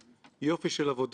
לא נביך אותך יותר.